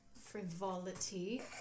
frivolity